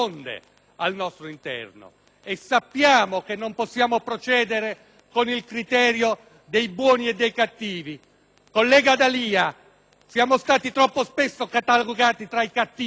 Collega D'Alia, siamo stati troppo spesso catalogati tra i cattivi per non saperlo, e non abbiamo bisogno di chi difenda le forme di dissenso al nostro interno,